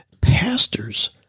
pastors